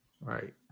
Right